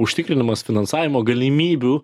užtikrinamas finansavimo galimybių